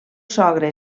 sogre